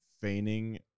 feigning